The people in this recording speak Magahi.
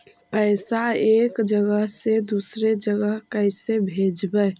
पैसा एक जगह से दुसरे जगह कैसे भेजवय?